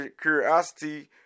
curiosity